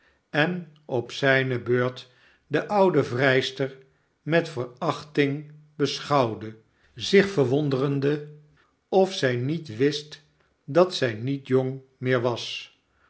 en op zijne beurt de oude vrijster met verachting beschouwde zich verwonderende of zij niet wist dat zij niet jong meer was